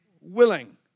willing